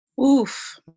Oof